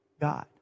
God